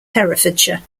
herefordshire